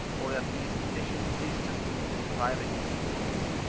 or that these conditions ceased to suit his private convenience.